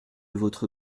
votre